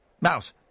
Mouse